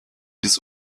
des